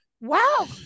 Wow